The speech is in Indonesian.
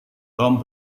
tom